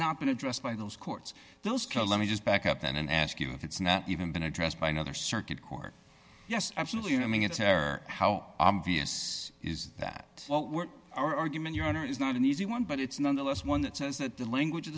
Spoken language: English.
not been addressed by those courts those color let me just back up then and ask you if it's not even been addressed by another circuit court yes absolutely i mean it's there how obvious is that argument your honor is not an easy one but it's nonetheless one that says that the language of